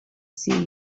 sea